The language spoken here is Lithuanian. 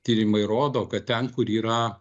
tyrimai rodo kad ten kur yra